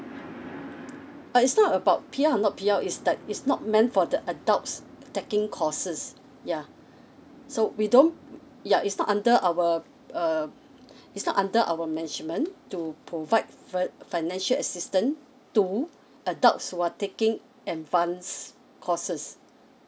but it's not about P_R or not P_R is that it's not meant for the adults taking courses yeah mm mm so we don't yup is not under our uh uh it's not under our management to provide fi~ financial assistance to adults who are taking and funds courses